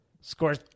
scores